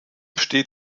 steht